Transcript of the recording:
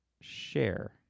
share